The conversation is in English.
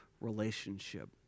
relationship